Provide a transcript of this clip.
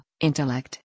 Intellect